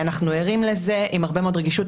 אנחנו ערים לזה עם הרבה מאוד רגישות.